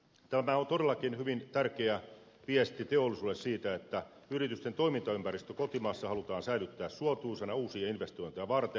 tämä on todellakin hyvin tärkeä viesti teollisuudelle siitä että yritysten toimintaympäristö kotimaassa halutaan säilyttää suotuisana uusia investointeja varten